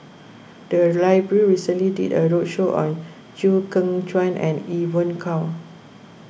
the library recently did a roadshow on Chew Kheng Chuan and Evon Kow